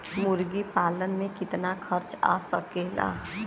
मुर्गी पालन में कितना खर्च आ सकेला?